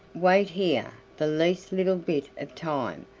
wait here the least little bit of time,